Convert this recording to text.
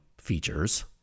features